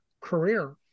career